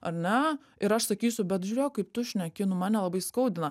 ar ne ir aš sakysiu bet žiūrėk kaip tu šneki nu mane labai skaudina